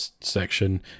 section